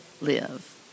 live